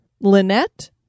Lynette